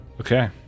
Okay